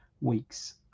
weeks